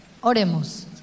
Oremos